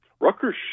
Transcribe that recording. Rutgers